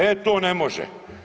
E, to ne može.